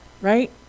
right